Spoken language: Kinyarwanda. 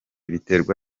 biterwa